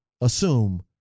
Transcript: assume